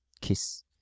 kiss